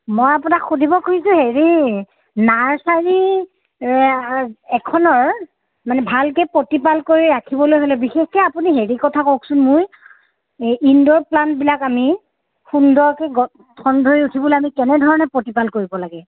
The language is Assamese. মই আপোনাক সুধিব খুজিছোঁ হেৰি নাৰ্ছাৰী এখনৰ মানে ভালকৈ প্ৰতিপাল কৰি ৰাখিবলৈ হ'লে বিশেষকৈ আপুনি হেৰি কথা কওকচোন মোৰ ইনডোৰ প্লাণ্টবিলাক আমি সুন্দৰকৈ ঠন ধৰি উঠিবলৈ আমি কেনেধৰণে প্ৰতিপাল কৰিব লাগে